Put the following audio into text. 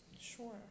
Sure